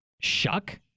Shuck